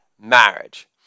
marriage